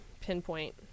pinpoint